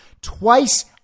twice